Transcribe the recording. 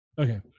Okay